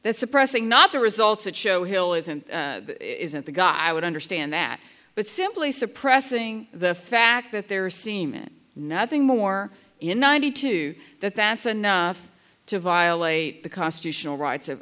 that suppressing not the results that show hill is and isn't the guy i would understand that but simply suppressing the fact that there are semen nothing more in ninety two that that's enough to violate the constitutional rights of